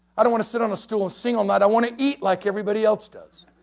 i don't want to sit on a stool and sing all night, i want to eat like everybody else does.